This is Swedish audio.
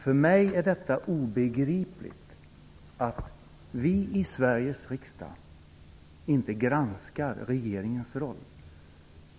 För mig är det obegripligt att vi i Sveriges riksdag inte granskar regeringens roll.